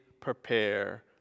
prepare